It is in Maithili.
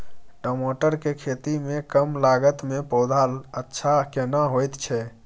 टमाटर के खेती में कम लागत में पौधा अच्छा केना होयत छै?